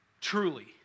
truly